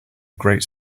great